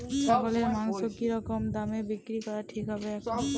ছাগলের মাংস কী রকম দামে বিক্রি করা ঠিক হবে এখন?